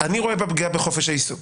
אני רואה בה פגיעה בחופש העיסוק